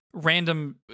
random